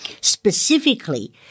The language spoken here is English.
Specifically